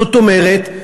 זאת אומרת,